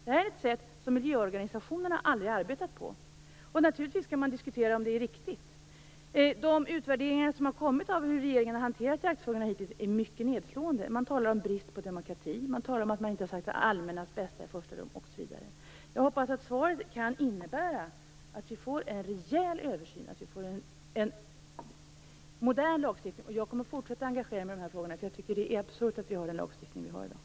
Detta är ett sätt som miljöorganisationerna aldrig har arbetat på. Naturligtvis kan man diskutera om det är riktigt. De utvärderingar som har gjorts av hur regeringen hanterat jaktfrågorna hittills är mycket nedslående. Man talar om brist på demokrati, om att man inte satt det allmännas bästa i första rummet osv. Jag hoppas att svaret kan innebära att vi får en rejäl översyn och en modern lagstiftning. Jag kommer att fortsätta att engagera mig i de här frågorna, därför att jag tycker att det är absurt att vi har den lagstiftning vi har i dag.